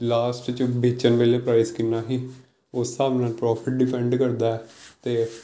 last 'ਚ ਵੇਚਣ ਵੇਲੇ ਪ੍ਰਾਈਸ ਕਿੰਨਾ ਸੀ ਉਸ ਹਿਸਾਬ ਨਾਲ ਪ੍ਰੋਫਿਟ ਡਿਫੈਂਡ ਕਰਦਾ ਅਤੇ